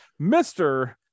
Mr